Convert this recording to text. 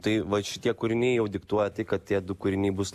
tai vat šitie kūriniai jau diktuoti kad tie du kūriniai bus